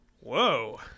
Whoa